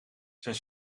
zijn